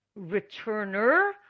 returner